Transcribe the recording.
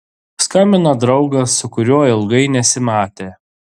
skambina draugas su kuriuo ilgai nesimatė